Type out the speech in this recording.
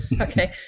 Okay